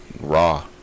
raw